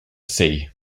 sea